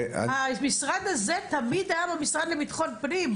המשרד הזה תמיד היה במשרד לביטחון פנים.